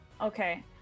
Okay